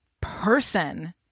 person